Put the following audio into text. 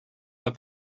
pas